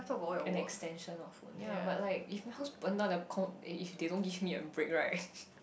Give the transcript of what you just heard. an extension of phone ya but like if my house burn down the con~ eh if they don't give me a break right